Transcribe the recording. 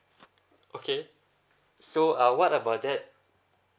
okay so uh what about that